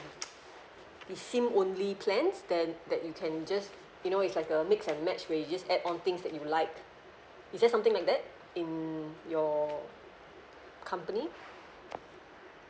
is SIM only plans then that you can just you know it's like a mix and match we just add on things that you like is there's something like that in your company